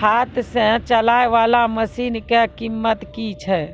हाथ सऽ चलाय वाला मसीन कऽ कीमत की छै?